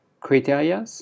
criteria